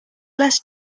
less